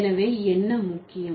எனவே என்ன முக்கியம்